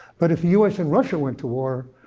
but if us and russia went to war,